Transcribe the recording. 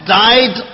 died